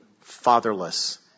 fatherless